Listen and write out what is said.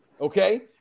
Okay